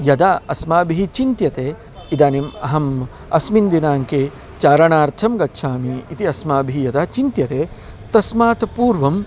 यदा अस्माभिः चिन्त्यते इदानीम् अहम् अस्मिन् दिनाङ्के चारणार्थं गच्छामि इति अस्माभिः यदा चिन्त्यते तस्मात् पूर्वम्